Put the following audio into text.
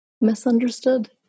misunderstood